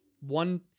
one